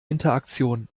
interaktion